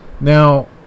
Now